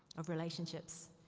of relationships.